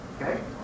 Okay